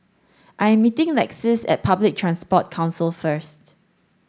I am meeting Lexis at Public Transport Council first